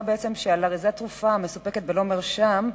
בעצם שעל אריזת תרופה המסופקת בלא מרשם,